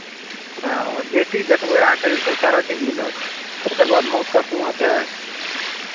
हँ जे चीज देखबै अहाँकेँ जे छै सारा चीज मिलत ताहिके बाद मौतके कुआँ छै